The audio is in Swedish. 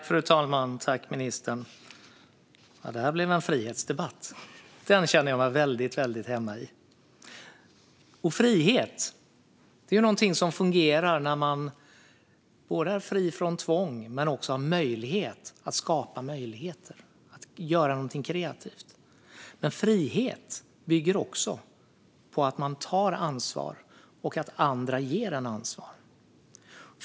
Fru talman! Det här blev en frihetsdebatt, och den känner jag mig mycket hemma i. Frihet är något som fungerar när man är både fri från tvång och kan skapa möjligheter, göra något kreativt. Frihet bygger också på att man tar ansvar och att andra ger ansvar.